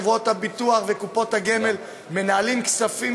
חברות הביטוח וקופות הגמל מנהלים כספים